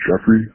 Jeffrey